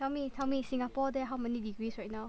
tell me tell me Singapore there how many degrees right now